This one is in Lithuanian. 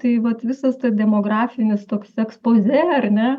tai vat visas tas demografinis toks ekspozė ar ne